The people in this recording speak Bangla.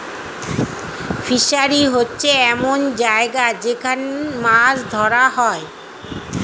ফিশারি হচ্ছে এমন জায়গা যেখান মাছ ধরা হয়